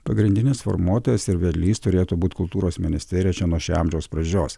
pagrindinis formuotojas ir vedlys turėtų būt kultūros ministerija čia nuo šio amžiaus pradžios